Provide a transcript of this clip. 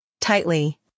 Tightly